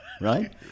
right